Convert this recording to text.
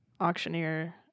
Auctioneer